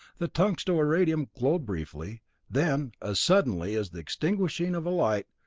the tungsto-iridium glowed briefly then, as suddenly as the extinguishing of a light,